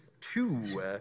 Two